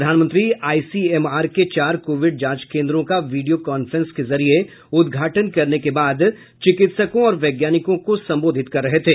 प्रधानमंत्री आईसीएमआर के चार कोविड जांच केन्द्रों का वीडियो कांफ्रेंस के जरिये उद्घाटन करने के बाद चिकित्सकों और वैज्ञानिकों को संबोधित कर रहे थे